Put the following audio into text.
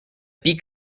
beak